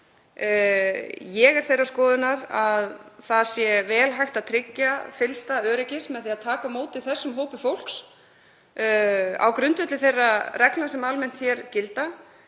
Ég er þeirrar skoðunar að vel sé hægt að tryggja fyllsta öryggi með því að taka á móti þessum hópi fólks á grundvelli þeirra reglna sem almennt gilda